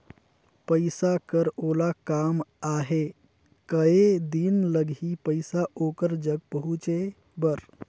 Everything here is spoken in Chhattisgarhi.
पइसा कर ओला काम आहे कये दिन लगही पइसा ओकर जग पहुंचे बर?